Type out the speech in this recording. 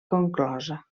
conclosa